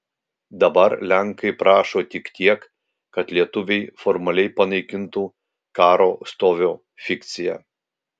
dabar lenkai prašo tik tiek kad lietuviai formaliai panaikintų karo stovio fikciją